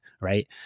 right